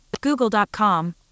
Google.com